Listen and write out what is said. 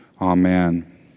Amen